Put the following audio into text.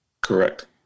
Correct